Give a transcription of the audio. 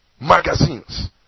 magazines